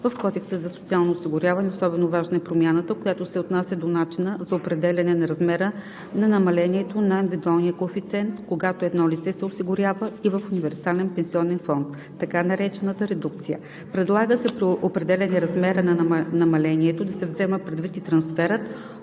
В Кодекса за социално осигуряване особено важна е промяната, която се отнася до начина за определяне на размера на намалението на индивидуалния коефициент, когато едно лице се осигурява и в универсален пенсионен фонд – така наречената редукция. Предлага се при определяне размера на намалението да се взема предвид и трансферът